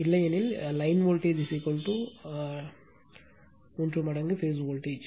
இல்லையெனில் line voltage Times 3 மடங்கு phase voltage